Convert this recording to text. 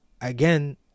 again